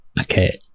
Okay